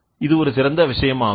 இது மற்றுமொரு விஷயம் ஆகும்